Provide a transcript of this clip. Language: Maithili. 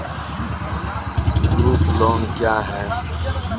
ग्रुप लोन क्या है?